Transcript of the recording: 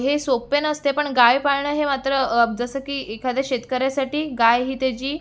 हे सोपे नसते पण गाय पाळणे हे मात्र जसं की एखाद्या शेतकऱ्यासाठी गाय ही त्याची